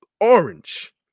orange